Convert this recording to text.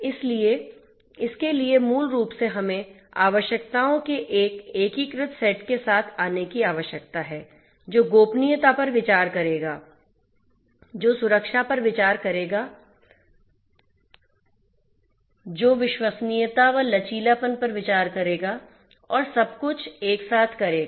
इसलिए इसके लिए मूल रूप से हमें आवश्यकताओं के एक एकीकृत सेट के साथ आने की आवश्यकता है जो गोपनीयता पर विचार करेगा जो सुरक्षा पर विचार करेगा जो विश्वसनीयता व लचीलापन पर विचार करेगा और सब कुछ एक साथ करेगा